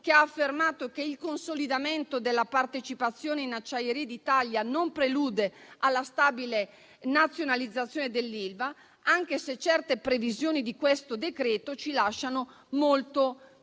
che ha affermato che il consolidamento della partecipazione in Acciaierie d'Italia non prelude alla stabile nazionalizzazione dell'Ilva, anche se certe previsioni di questo decreto ci lasciano molto